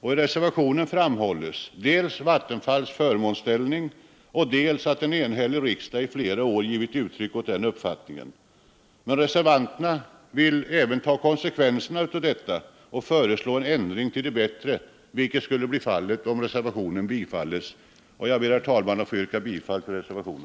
I reservationen framhålls dels att Vattenfall intar en förmånsställning, dels att en enhällig riksdag i flera år har givit uttryck åt den uppfattningen. Men reser Vanterna vill även ta konsekvenserna av detta och föreslår en ändring till det bättre, vilket skulle bli fallet om reservationen bifalles. Jag ber, herr talman, att få yrka bifall till reservationen.